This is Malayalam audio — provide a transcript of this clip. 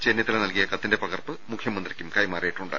ചെന്നിത്തല നൽകിയ കത്തിന്റെ പകർപ്പ് മുഖ്യമന്ത്രിക്കും കൈമാ റിയിട്ടുണ്ട്